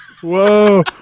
Whoa